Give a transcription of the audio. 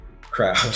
crowd